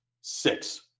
six